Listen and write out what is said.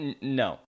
no